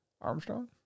Armstrong